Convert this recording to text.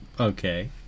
Okay